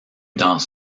dans